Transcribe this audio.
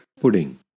pudding